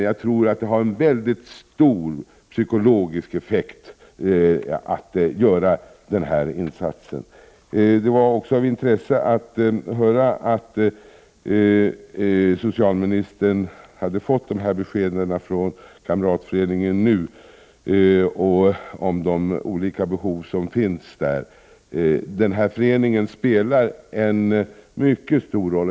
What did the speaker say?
Jag tror emellertid att denna insats skulle ha en mycket stor psykologisk effekt. Det var också intressant att höra att socialministern hade fått dessa besked från kamratföreningen NU om de olika behov som den har. Denna förening spelar en mycket stor roll.